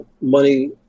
Money